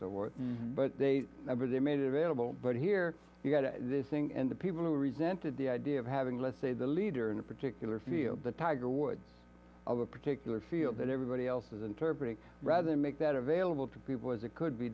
so forth but they never they made it available but here you got to this ng and the people who resented the idea of having let's say the leader in a particular field the tiger woods of a particular field that everybody else is interpreted rather make that available to people as it could be